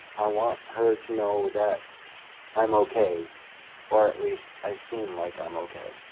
i want her to know that i'm okay or, at least, i seem like i'm okay.